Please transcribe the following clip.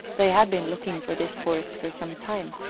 they had been looking for this horse for some time,